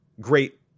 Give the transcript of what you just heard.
great